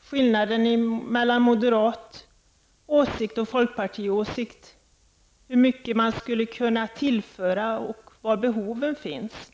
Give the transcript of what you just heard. skillnaden mellan moderat åsikt och folkpartiåsikt, hur mycket man skulle kunna tillföra och var behoven finns.